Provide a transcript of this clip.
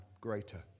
greater